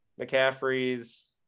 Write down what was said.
McCaffrey's